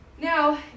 Now